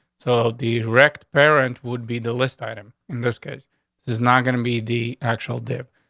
so the erect parent would be the list item in this case is not gonna be the actual dip.